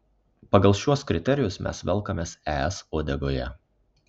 pagal šiuos kriterijus mes velkamės es uodegoje